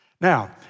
Now